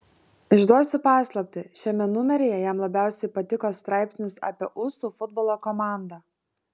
išduosiu paslaptį šiame numeryje jam labiausiai patiko straipsnis apie usų futbolo komandą